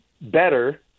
better